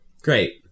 Great